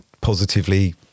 positively